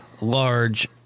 large